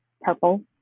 purple